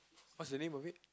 what's the name of it